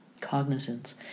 cognizance